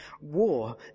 war